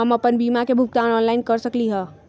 हम अपन बीमा के भुगतान ऑनलाइन कर सकली ह?